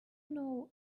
know